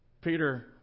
Peter